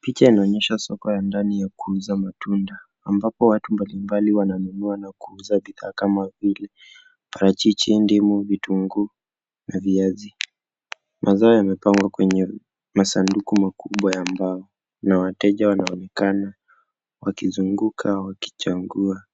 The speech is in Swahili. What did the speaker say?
Picha inaonyesha soko ya ndani ya kuuza matunda ambapo watu mbalimbali wananunua na kuuza bidhaa kama vile: parachichi, ndimu, vitunguu na viazi. Mazao yamepangwa kwenye masanduku makubwa ya mbao na wateja wanaonekana wakizunguka wakichagua